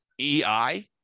EI